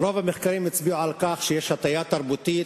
רוב המחקרים הצביעו על כך שיש הטיה תרבותית,